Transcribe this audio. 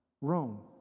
Rome